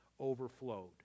overflowed